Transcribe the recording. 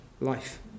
life